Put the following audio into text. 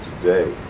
today